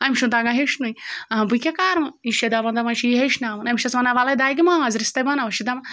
أمِس چھُنہٕ تَگان ہیٚچھنُے آ بہٕ کیٛاہ کَرٕ وَ یہِ چھِ دَپان دَپان چھِ یہِ ہیٚچھناوُن أمِس چھٮ۪س وَنان وَلَے دَگہِ ماز رِستَے بَناوو یہِ چھِ دَپان